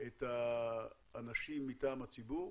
את האנשים מטעם הציבור.